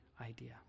idea